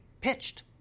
pitched